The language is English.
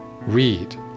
Read